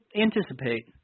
anticipate